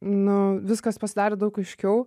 nu viskas pasidarė daug aiškiau